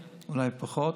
הממשלה?